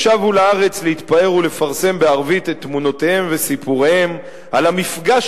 הם שבו לארץ להתפאר ולפרסם בערבית את תמונותיהם וסיפוריהם על המפגש